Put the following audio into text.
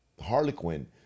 Harlequin